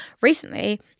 recently